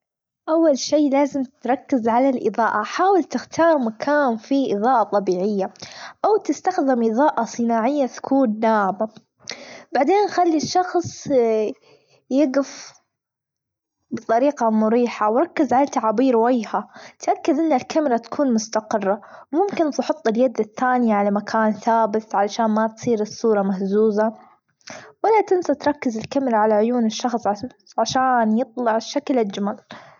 أول شي لازم تركز على الاظاءة حاول تختار مكان فيه إظاءة طبيعية، أو تستخدم إظاءة صناعية تكون ناعمة، بعدين خلي الشخص يجف بطريقة مريحة، وركز على تعابير وجهه تاكد أن الكاميرا تكون مستقرة، ممكن تحط اليد التانية على مكان ثابت علشان ما تصير الصورة مهزوزة ولا تنسوا تركز الكاميرا على عيون الشخص عشان يطلع الشكل أجمل.